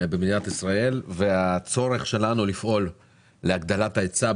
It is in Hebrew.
במדינת ישראל והצורך שלנו לפעול להגדלת ההיצע,